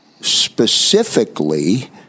specifically